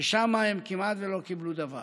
ששם הם כמעט לא קיבלו דבר.